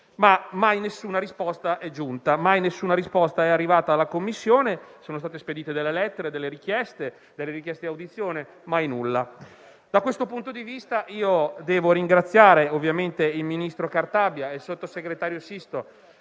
ma mai nessuna risposta è giunta. Mai nessuna risposta è arrivata alla Commissione; sono state spedite delle lettere e delle richieste di audizione, ma mai nulla. Da questo punto di vista devo ringraziare il ministro Cartabia e il sottosegretario Sisto,